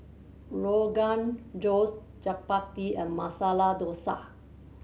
Rogan Josh Chapati and Masala Dosa